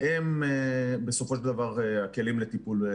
שהם בסופו של דבר הכלים לטיפול.